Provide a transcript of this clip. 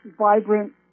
vibrant